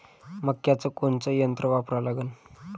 मक्याचं कोनचं यंत्र वापरा लागन?